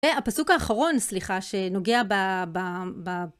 והפסוק האחרון, סליחה, שנוגע ב...